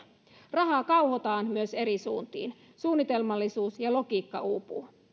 rahaa kauhotaan myös eri suuntiin suunnitelmallisuus ja logiikka uupuvat